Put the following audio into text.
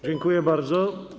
Dziękuję bardzo.